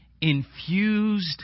infused